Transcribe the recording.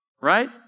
right